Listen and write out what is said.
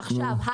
עכשיו,